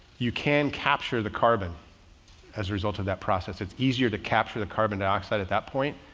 you can capture the carbon as a result of that process. it's easier to capture the carbon dioxide at that point.